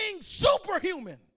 superhuman